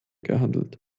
gehandelt